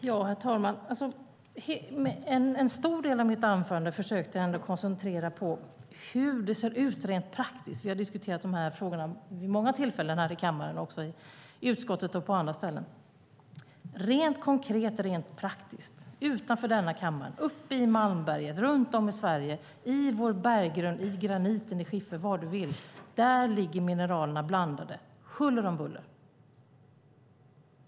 Herr talman! En stor del av mitt anförande försökte jag koncentrera mig på att berätta hur det ser ut rent praktiskt. Vi har diskuterat de här frågorna vid många tillfällen här i kammaren, i utskottet och på andra ställen. Rent konkret och rent praktiskt, utanför denna kammare, uppe i Malmberget, runt om i Sverige, i vår berggrund, i graniten, i skiffer vad du vill ligger mineralerna blandade huller om buller.